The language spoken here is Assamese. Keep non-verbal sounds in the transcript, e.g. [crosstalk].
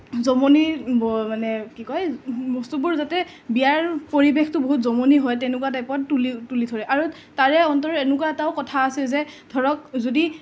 জমনি [unintelligible] মানে কি কয় [unintelligible] বস্তুবোৰ যাতে বিয়াৰ পৰিৱেশটো বহুত জমনি হয় তেনেকুৱা টাইপত তুলি তুলি ধৰে আৰু তাৰে অন্তৰত এনেকুৱা এটাও কথা আছে যে ধৰক যদি